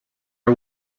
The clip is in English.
are